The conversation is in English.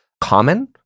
common